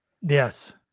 Yes